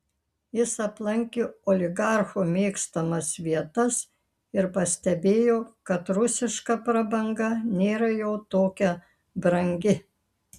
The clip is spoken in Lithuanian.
jis aplankė oligarchų mėgstamas vietas ir pastebėjo kad rusiška prabanga nėra jau tokia brangi